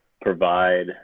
provide